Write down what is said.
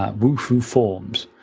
um wufoo forms.